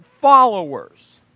followers